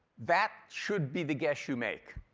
that should be the guess you make.